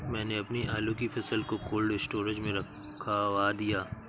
मैंने अपनी आलू की फसल को कोल्ड स्टोरेज में रखवा दिया